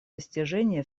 достижения